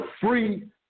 free